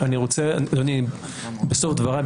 בסוף דבריי,